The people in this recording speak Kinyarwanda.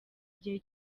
igihe